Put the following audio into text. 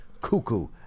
cuckoo